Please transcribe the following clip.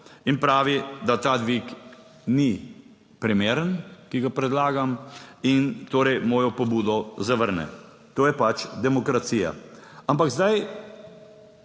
in pravi, da ta dvig ni primeren, ki ga predlagam in torej mojo pobudo zavrne. To je demokracija. Ampak zdaj,